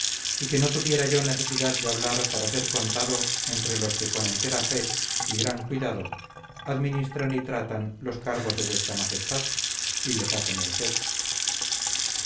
y que no tuviera yo necesidad de hablar para ser contado entre los que con entera fe y gran cuidado administran y tratan los cargos de vuestra majestad y les hace merced